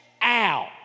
out